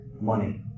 money